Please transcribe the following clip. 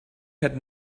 had